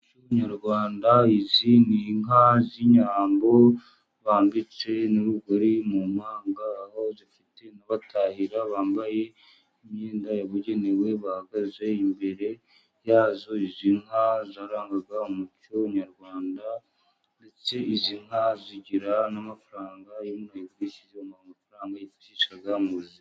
Inka z'inyarwanda, izi ni inka z'inyambo bambitse n'urugori mu mpanga, aho zifite n'abatahira bambaye imyenda yabugenewe bahagaze imbere yazo. Izi nka zarangaga umuco nyarwanda, ndetse izi nka zigira n'amafaranga, iyo umuntu ayigurishije bamuha amafaranga yifashisha mu buzima.